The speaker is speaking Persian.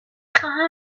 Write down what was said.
خواهم